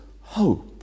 hope